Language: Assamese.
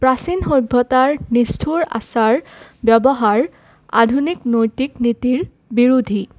প্ৰাচীন সভ্যতাৰ নিষ্ঠুৰ আচাৰ ব্যৱহাৰ আধুনিক নৈতিক নীতিৰ বিৰোধী